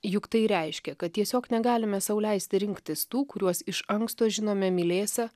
juk tai reiškia kad tiesiog negalime sau leisti rinktis tų kuriuos iš anksto žinome mylėsią